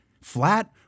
flat